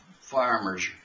farmers